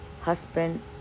husband